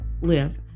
live